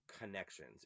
connections